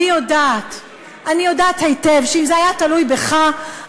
אני יודעת היטב שאילו זה היה תלוי בך,